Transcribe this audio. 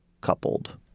coupled